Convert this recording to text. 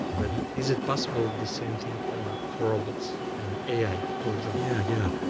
but and is it possible the same thing for robots, and ai, for example? yeah yeah